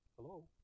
Hello